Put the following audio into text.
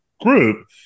group